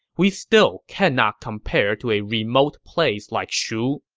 we still cannot compare to a remote place like shu.